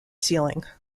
ceiling